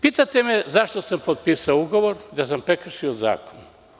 Pitate me zašto sam potpisao ugovor, da sam prekršio zakon?